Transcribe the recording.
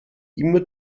immer